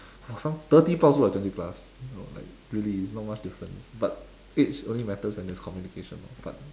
!wah! some thirty plus also look like twenty plus like really it's not much difference but age only matters when there's communication orh but